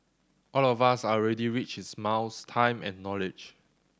all of us are already rich in smiles time and knowledge